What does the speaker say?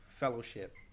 Fellowship